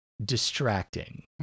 distracting